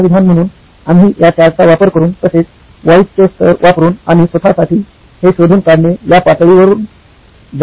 म्हणून आम्ही या चार्टचा वापर करून तसेच व्हाईज चे स्तर वापरून आणि स्वत साठी हे शोधून काढणे या पातळी वरुन जात आहोत